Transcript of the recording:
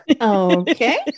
Okay